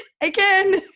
again